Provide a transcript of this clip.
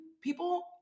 people